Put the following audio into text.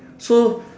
so